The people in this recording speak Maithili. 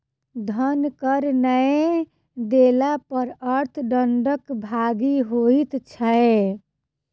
धन कर नै देला पर अर्थ दंडक भागी होइत छै